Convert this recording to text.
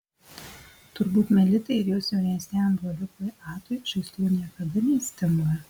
turbūt melitai ir jos jaunesniajam broliukui adui žaislų niekada nestinga